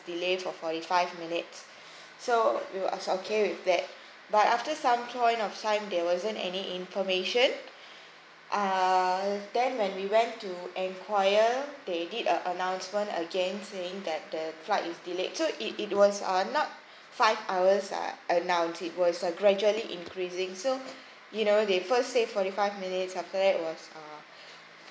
delay for forty five minutes so we was okay with it but after some point of time there wasn't any information uh then when we went to enquire they did a announcement again saying that the flight is delayed so it it was uh not five hours uh announced it was a gradually increasing so you know they first say forty five minutes after that was uh